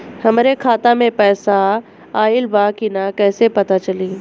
हमरे खाता में पैसा ऑइल बा कि ना कैसे पता चली?